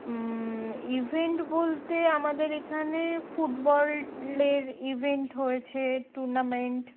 event বলতে আমাদের এখানে ফুটবলের ইভেন্ট হয়েছে টুর্নামেন্ট